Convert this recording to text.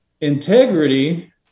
integrity